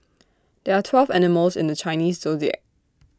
there are twelve animals in the Chinese Zodiac